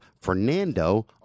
Fernando